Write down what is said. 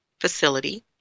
facility